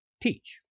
teach